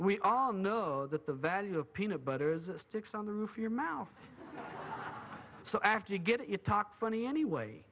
we all know that the value of peanut butter is sticks on the roof of your mouth so after you get it talk funny anyway